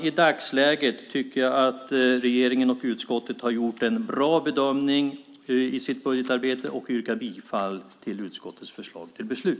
I dagsläget tycker jag att regeringen och utskottet har gjort en bra bedömning i sitt budgetarbete och yrkar bifall till utskottets förslag till beslut.